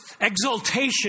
exaltation